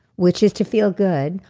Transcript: which is to feel good,